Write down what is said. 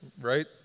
right